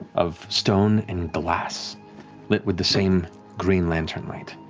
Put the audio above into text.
of stone and glass, lit with the same green lantern light.